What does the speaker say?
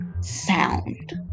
sound